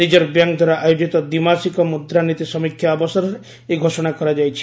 reserve ବ୍ୟାଙ୍କ୍ଦ୍ୱାରା ଆୟୋଜିତ ଦ୍ୱିମାସିକ ମ୍ରଦ୍ରାନୀତି ସମୀକ୍ଷା ଅବସରରେ ଏହି ଘୋଷଣା କରାଯାଇଛି